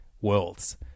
worlds